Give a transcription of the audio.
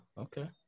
okay